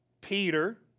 Peter